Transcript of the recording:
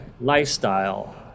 lifestyle